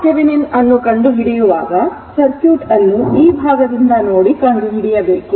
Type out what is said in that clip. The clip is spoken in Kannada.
RTheveninಅನ್ನು ಕಂಡುಹಿಡಿಯುವಾಗಸರ್ಕ್ಯೂಟ್ ಅನ್ನು ಈ ಭಾಗದಿಂದ ನೋಡಿ ಕಂಡುಹಿಡಿಯಬೇಕು